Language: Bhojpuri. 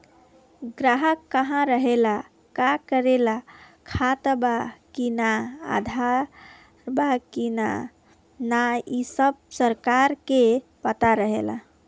ग्राहक कहा रहेला, का करेला, खाता बा कि ना, आधार बा कि ना इ सब सरकार के पता रहेला